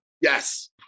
Yes